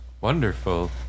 Wonderful